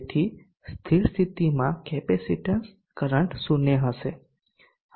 તેથી સ્થિર સ્થિતિમાં કેપેસિટીન્સ કરંટ 0 હશે